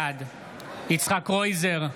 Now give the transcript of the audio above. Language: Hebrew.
בעד יצחק קרויזר,